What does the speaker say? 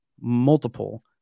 multiple